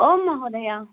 आम् महोदय